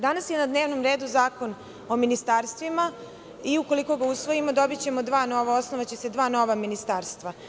Danas je na dnevnom redu Zakon o ministarstvima i, ukoliko ga usvojimo, dobićemo dva nova, tj. osnovaće se dva nova ministarstva.